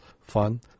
fun